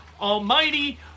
almighty